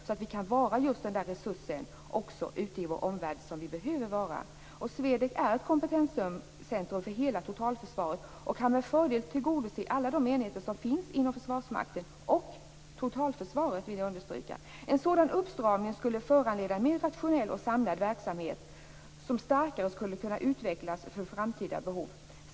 Då kan vi också vara en resurs ute i vår omvärld. SWEDEC är ett kompetenscentrum för hela totalförsvaret. Det kan med fördel tillgodose alla de enheter som finns inom Försvarsmakten och totalförsvaret. Det vill jag understryka. En sådan uppstramning skulle föranleda en mer rationell och samlad verksamhet som starkare skulle kunna utvecklas för framtida behov.